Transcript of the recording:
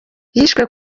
yishwe